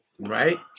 Right